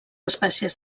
espècies